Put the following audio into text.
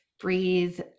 breathe